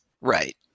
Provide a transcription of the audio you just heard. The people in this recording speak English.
Right